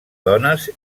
dones